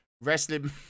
wrestling